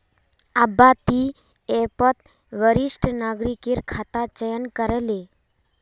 अब्बा ती ऐपत वरिष्ठ नागरिकेर खाता चयन करे ले